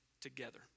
together